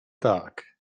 tak